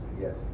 yes